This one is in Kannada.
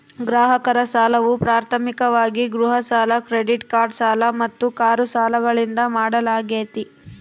ಗ್ರಾಹಕರ ಸಾಲವು ಪ್ರಾಥಮಿಕವಾಗಿ ಗೃಹ ಸಾಲ ಕ್ರೆಡಿಟ್ ಕಾರ್ಡ್ ಸಾಲ ಮತ್ತು ಕಾರು ಸಾಲಗಳಿಂದ ಮಾಡಲಾಗ್ತೈತಿ